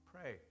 pray